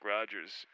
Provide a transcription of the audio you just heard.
Rogers